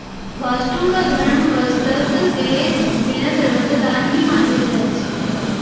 वस्तु क धर्म वास्तअ देना सर्वथा दान ही मानलो जाय छै